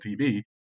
TV